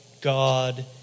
God